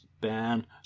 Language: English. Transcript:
ban